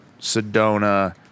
Sedona